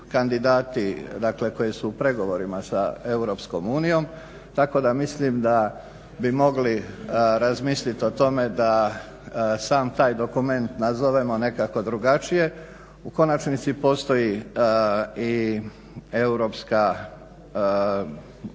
kandidati, dakle koji su u pregovorima sa Europskom unijom. Tako da mislim da bi mogli razmisliti o tome da sam taj dokument nazovemo nekako drugačije. U konačnici postoji i europska terminologija